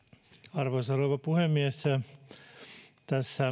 arvoisa rouva puhemies tässä